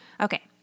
Okay